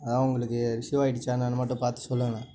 அது தான் உங்களுக்கு ரிஸிவ் ஆகிடுச்சா என்னன்னு மட்டும் பார்த்து சொல்லுங்கண்ணே